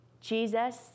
Jesus